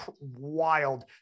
wild